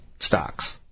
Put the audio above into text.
stocks